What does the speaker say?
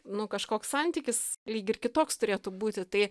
nu kažkoks santykis lyg ir kitoks turėtų būti tai